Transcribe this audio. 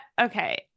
okay